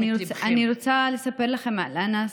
אני רוצה לספר לכם על אנאס,